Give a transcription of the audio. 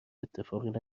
اتفاقی